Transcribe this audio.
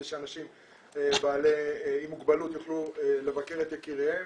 שאנשים עם מוגבלות יוכלו לבקר את יקיריהם.